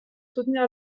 soutenir